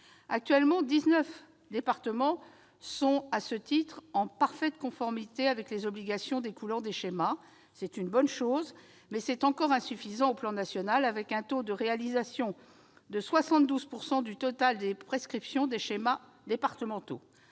Actuellement, dix-neuf départements sont à ce titre en parfaite conformité avec les obligations découlant des schémas. C'est une bonne chose, mais c'est encore insuffisant à l'échelon national, le taux de réalisation du total des prescriptions des schémas départementaux